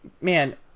Man